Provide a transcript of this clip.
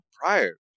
prior